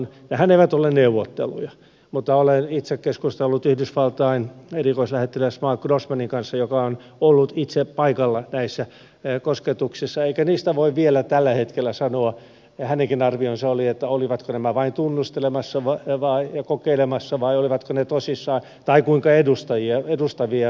nehän eivät ole neuvotteluja mutta olen itse keskustellut yhdysvaltain erikoislähettiläs marc grossmanin kanssa joka on ollut itse paikalla näissä kosketuksissa eikä niistä voi vielä tällä hetkellä sanoa ja tämä oli hänenkin arvionsa olivatko talebanit vain tunnustelemassa ja kokeilemassa vai olivatko he tosissaan tai kuinka edustavia he olivat